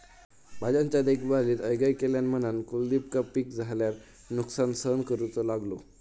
भाज्यांच्या देखभालीत हयगय केल्यान म्हणान कुलदीपका पीक झाल्यार नुकसान सहन करूचो लागलो